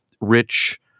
rich